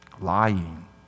Lying